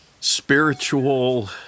spiritual